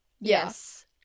Yes